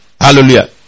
Hallelujah